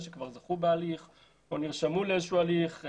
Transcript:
שכבר זכו בהליך או נרשמו לאיזשהו הליך.